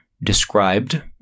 described